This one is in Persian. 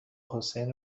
حسین